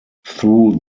through